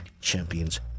champions